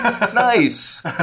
nice